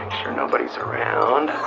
nobody's around.